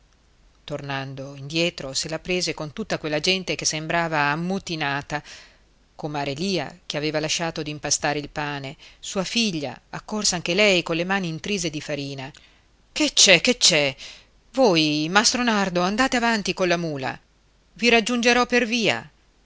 indietro se la prese con tutta quella gente che sembrava ammutinata comare lia che aveva lasciato d'impastare il pane sua figlia accorsa anche lei colle mani intrise di farina che c'è che c'è voi mastro nardo andate avanti colla mula i raggiungerò per via